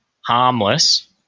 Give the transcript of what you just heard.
harmless